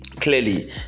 clearly